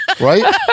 Right